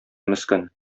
мескен